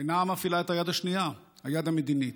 אינה מפעילה את היד השנייה, היד המדינית,